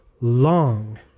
long